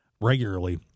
regularly